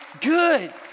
good